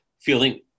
feeling